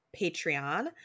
patreon